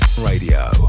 Radio